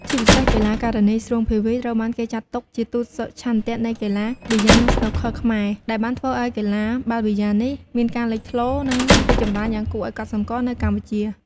ជាពិសេសកីឡាការិនី ស្រួង ភាវី ត្រូវបានគេចាត់ទុកជាទូតសុឆន្ទៈនៃកីឡាប៊ីយ៉ា និងស្នូកឃ័រខ្មែរ ដែលបានធ្វើឲ្យកីឡាបាល់ប៊ីយ៉ាលនេះមានការលេចធ្លោ និងរីកចម្រើនយ៉ាងគួរឱ្យកត់សម្គាល់នៅ កម្ពុជា។